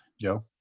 Joe